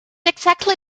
exactly